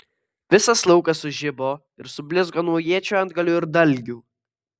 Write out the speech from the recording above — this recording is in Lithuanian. visas laukas sužibo ir sublizgo nuo iečių antgalių ir dalgių